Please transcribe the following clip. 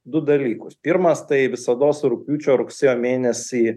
du dalykus pirmas tai visados rugpjūčio rugsėjo mėnesį